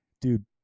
dude